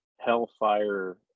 Hellfire